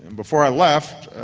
and before i left,